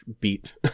beat